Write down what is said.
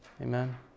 Amen